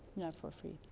for free.